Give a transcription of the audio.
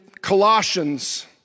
Colossians